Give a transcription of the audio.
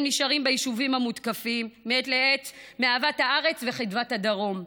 הם נשארים ביישובים המותקפים מעת לעת מאהבת הארץ ומחדוות הדרום.